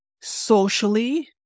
socially